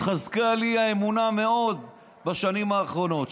התחזקה לי האמונה מאוד בשנים האחרונות.